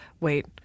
Wait